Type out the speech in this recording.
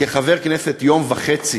אבל כחבר כנסת יום וחצי